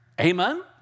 Amen